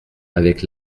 avec